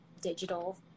digital